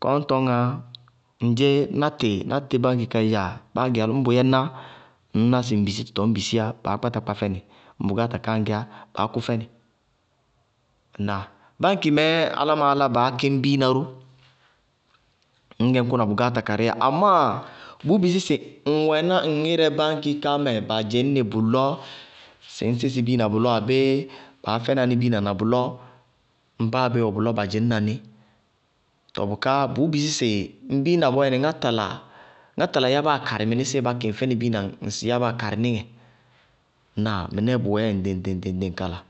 bɔɔ ñ tɔñŋá ŋdzé kɔɔ ñ tɔñŋá, ídzá na tɩɩ, natɩ báñki ká ídzáa? Ñŋ bʋyɛ ná, ŋñná sɩ ŋ bisítɔ tɔɔ ñ bisiyá, baá kpáta kpá fɛnɩ, ɖ bʋkááta kaá ŋŋgɛyá, baá kʋ fɛnɩ. Ŋnáa? Báñki mɛɛ álámɩnáá lá baá kɩñ biina ró, ŋñ gɛ ñ kʋna bʋkááta karɩí yá amáa bʋʋ bisí sɩ ŋ wɛná ŋ ŋírɛ báñki ká mɛ, ba dzɩñ nɩ bʋlɔ sɩ ŋñ sísɩ biina bʋlɔ abéé baá fɛna ní biina na bʋlɔ, ŋ báa bé wɛ bʋlɔ ba dzɩñna ní, tɔɔ bʋká bʋʋ bisí sɩ ŋ biina bɔɔyɛ ŋá tala yábáa karɩ mɩnísíɩ bá kɩŋ fɛnɩ biina yábáa karɩ níŋɛ. Ŋnáa? Mɩnɛɛ bʋwɛɛdzɛ ŋɖɩŋ-ŋɖɩŋ ŋɖɩŋ-ŋɖɩŋ kala níŋɛ